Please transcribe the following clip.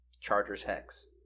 Chargers-Hex